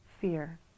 fear